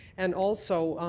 and also,